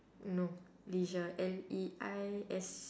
no leisure L E I S